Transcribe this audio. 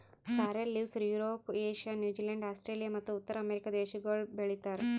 sorrel leaves Europe, Asia, New Zealand, Australia ಮತ್ತ ಉತ್ತರ America ದೇಶಗೊಳ್ ಬೆ ಳಿತಾರ್